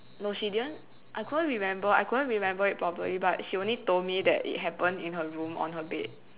no she didn't I couldn't remember I couldn't remember it properly but she only told me that it happened in her room on her bed